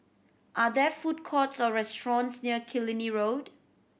are there food courts or restaurants near Killiney Road